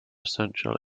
essential